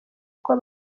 uko